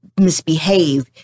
misbehave